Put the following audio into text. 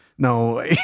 No